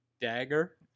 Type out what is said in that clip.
dagger